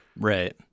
Right